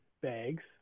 bags